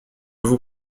vous